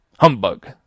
Humbug